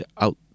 out